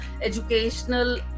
educational